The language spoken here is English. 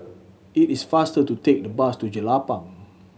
it is faster to take the bus to Jelapang